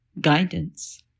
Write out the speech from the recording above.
guidance